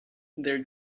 their